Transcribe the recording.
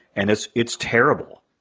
and it's it's terrible.